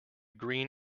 green